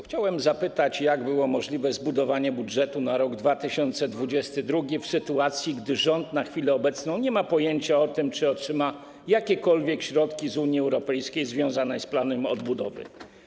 Chciałem zapytać, jak było możliwe zbudowanie budżetu na rok 2022 w sytuacji, gdy rząd na chwilę obecną nie ma pojęcia o tym, czy otrzyma jakiekolwiek środki z Unii Europejskiej związane z planem odbudowy.